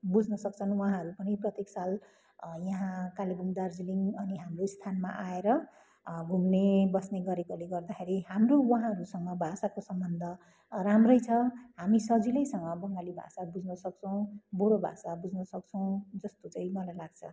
बुझ्नसक्छन् उहाँहरू पनि प्रत्येक साल यहाँ कालेबुङ दार्जिलिङ अनि हाम्रो स्थानमा आएर घुम्ने बस्ने गरेकोले गर्दाखेरि हाम्रो उहाँहरूसँग भाषाको सम्बन्ध राम्रै छ हामी सजिलैसँग बङ्गाली भाषा बुझ्नसक्छौँ बोडो भाषा बुझ्नसक्छौँ जस्तो चाहिँ मलाई लाग्छ